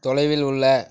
தொலைவில் உள்ள